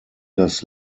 das